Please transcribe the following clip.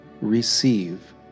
receive